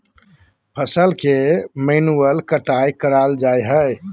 फसल के मैन्युअल कटाय कराल जा हइ